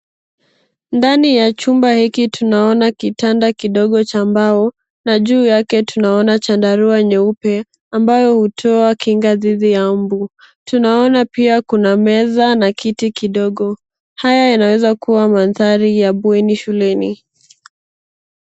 Ndani ya chumba hiki tunaona kitanda kidogo cha mbao na juu yake tunaona chandarua nyeupe ambayo hutoa kinga dhidi ya mbu, tunaona pia kuna meza na kiti kidogo. Haya yanaweza kuwa mandhari ya bweni shuleni.